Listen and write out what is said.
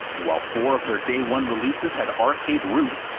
and while four of their day one releases had arcade roots,